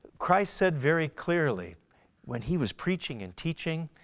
christ said very clearly when he was preaching and teaching,